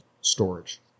storage